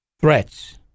threats